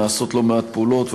נעשות לא מעט פעולות,